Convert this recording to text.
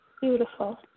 Beautiful